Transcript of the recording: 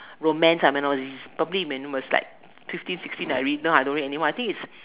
romance terminologies probably when I was like fifteen sixteen I read now I don't read anymore I think is